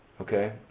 okay